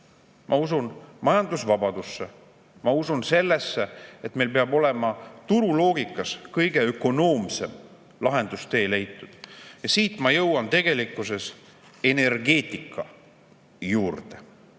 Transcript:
Ma usun majandusvabadusse, ma usun sellesse, et meil peab olema turu loogikas kõige ökonoomsem lahendustee leitud. Siit ma jõuan tegelikkuses energeetika juurde,